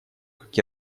как